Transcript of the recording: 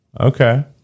Okay